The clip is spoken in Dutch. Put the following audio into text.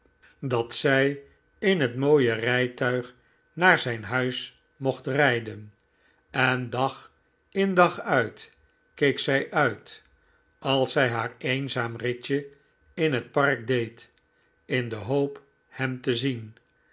dat zij in het mooie rijtuig naar zijn huis mocht rijden en dag in dag uit keek zij uit als zij haar eenzaam ritje in het park deed in de hoop hem te zien